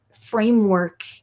framework